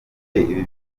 ibi